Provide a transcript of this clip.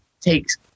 takes